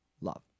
love